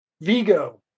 Vigo